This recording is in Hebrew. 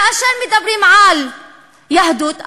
כאשר מדברים על יהדות,